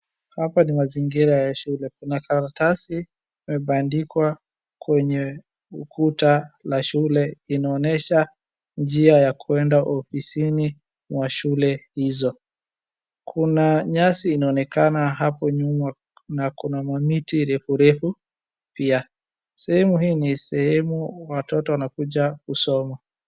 Hapa ni mazingira ya shule. Kuna karatasi imebandikwa kwenye ukuta la shule, inaonesha njia ya kwenda ofisini mwa shule hizo. Kuna nyasi inaonekana hapo nyuma na kuna mamiti refurefu pia. Sehemu hii ni sehemu watoto wanakuja kusoma.